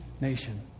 nation